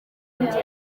ingenzi